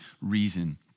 reason